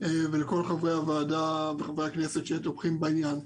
ותודה לכל חברי הוועדה וחברי הכנסת שתומכים בעניין.